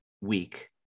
week